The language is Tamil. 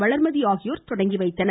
வளர்மதி ஆகியோர் தொடங்கி வைத்தனர்